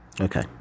Okay